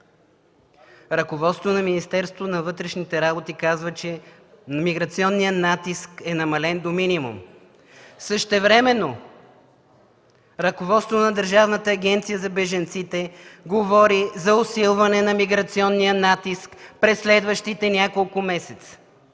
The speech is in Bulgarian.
ръководството на Министерството на вътрешните работи казва, че миграционният натиск е намален до минимум. Същевременно ръководството на Държавната агенция за бежанците говори за усилване на миграционния натиск през следващите няколко месеца.